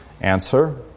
Answer